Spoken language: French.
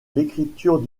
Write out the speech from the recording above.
l’écriture